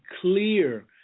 clear